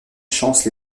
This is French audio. chances